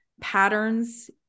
patterns